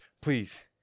Please